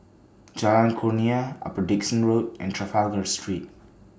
Jalan Kurnia Upper Dickson Road and Trafalgar Street